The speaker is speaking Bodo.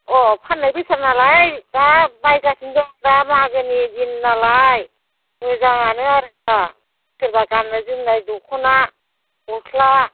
अह फान्नाय बेसाद नालाय दा बायगासिनो दं दा मागोनि दिन नालाय मोजाङानो आरो दा सोरबा गान्नाय जोमनाय दख'ना गस्ला